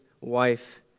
wife